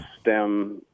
stem